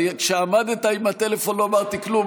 כשעמדת עם הטלפון לא אמרתי כלום,